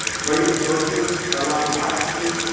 great resources around classroom.